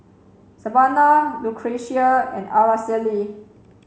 Savanna Lucretia and Aracely